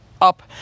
up